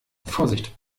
vorsicht